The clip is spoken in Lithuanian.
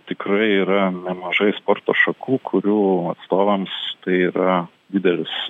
tikrai yra nemažai sporto šakų kurių atstovams tai yra didelis